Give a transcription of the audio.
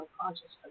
consciousness